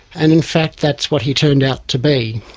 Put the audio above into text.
and in fact that's what he turned out to be.